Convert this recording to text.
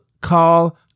call